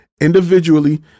individually